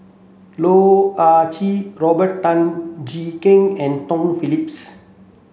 Loh Ah Chee Robert Tan Jee Keng and Tom Phillips